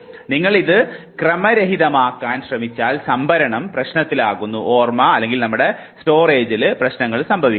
നിങ്ങൾ ഇത് ക്രമ രഹിതമാക്കാൻ ശ്രമിച്ചാൽ സംഭരണം പ്രശ്നത്തിലകപ്പെടുന്നു